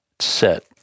set